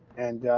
and ah.